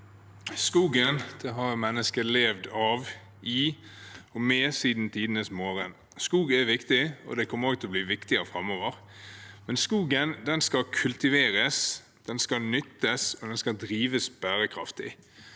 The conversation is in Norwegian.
Skogen har mennesker levd av, i og med siden tidenes morgen. Skog er viktig og kommer også til å bli viktigere framover, men skogen skal kultiveres, den skal nyttes, og den skal drives bærekraftig.